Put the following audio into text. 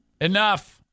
Enough